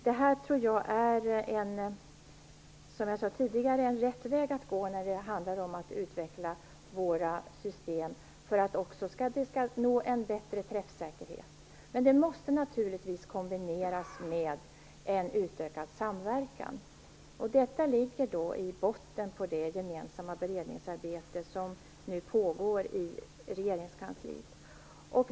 Jag tror, som jag sade tidigare, att det här är rätt väg att gå för att utveckla våra system, också för att vi skall nå en bättre träffsäkerhet. Men det måste naturligtvis kombineras med en utökad samverkan. Detta ligger i botten på det gemensamma beredningsarbete som nu pågår i regeringskansliet.